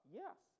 yes